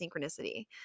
synchronicity